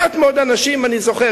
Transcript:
מעט מאוד אנשים אני זוכר,